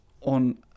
on